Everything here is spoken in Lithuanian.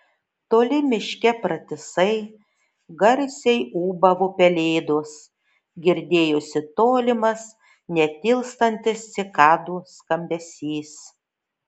toli miške pratisai garsiai ūbavo pelėdos girdėjosi tolimas netilstantis cikadų skambesys